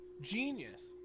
genius